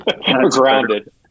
grounded